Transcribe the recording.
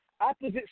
opposite